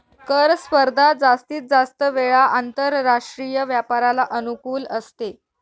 कर स्पर्धा जास्तीत जास्त वेळा आंतरराष्ट्रीय व्यापाराला अनुकूल असते